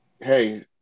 Hey